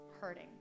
hurting